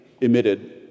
emitted